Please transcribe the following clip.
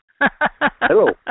Hello